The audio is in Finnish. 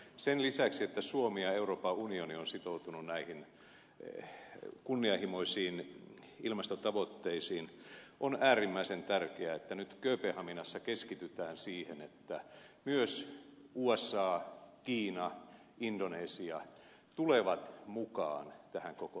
sen lisäksi että suomi ja euroopan unioni ovat sitoutuneet näihin kunnianhimoisiin ilmastotavoitteisiin on äärimmäisen tärkeää että nyt kööpenhaminassa keskitytään siihen että myös usa kiina indonesia tulevat mukaan tähän kokonaisuuteen